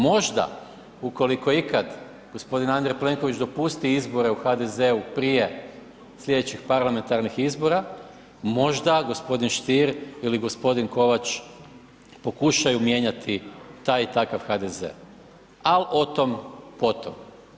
Možda ukoliko ikad gospodin Andrej Plenković dopusti izbore u HDZ-u prije slijedećih parlamentarnih izbora, možda gospodin Stier ili gospodin Kovač pokušaju mijenjati taj i takva HDZ, al o tom potom.